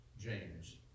James